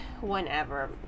whenever